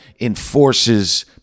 enforces